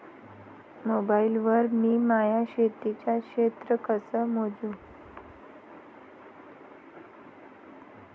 Mobile वर मी माया शेतीचं क्षेत्र कस मोजू?